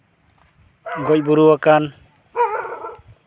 ᱜᱚᱡ ᱜᱩᱨᱩᱣᱟᱠᱟᱱ